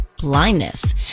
blindness